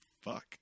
Fuck